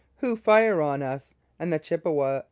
who fire on us and the chippewas,